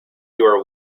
your